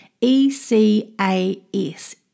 E-C-A-S